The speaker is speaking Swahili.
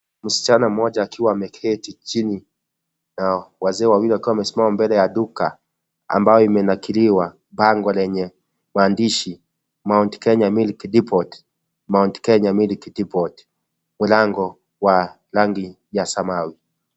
Msichana mmoja akiwa ameketi chini na wazee wawili wakiwa wamesimama mbele ya duka ambalo limenakiliwa bango lenye maandishi Mount Kenya Milk Depot Mount Kenya Milk Depot mlango wa rangi ya samawi.